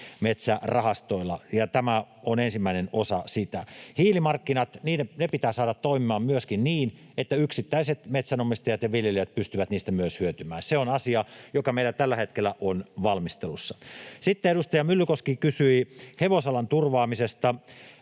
metsärahastoilla. Tämä on ensimmäinen osa sitä. Hiilimarkkinat, ne pitää saada toimimaan myöskin niin, että yksittäiset metsänomistajat ja viljelijät pystyvät niistä myös hyötymään. Se on asia, joka meillä tällä hetkellä on valmistelussa. Sitten edustaja Myllykoski kysyi hevosalan turvaamisesta.